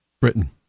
Britain